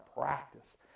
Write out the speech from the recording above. practice